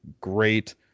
great